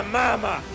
mama